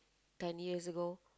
ten years ago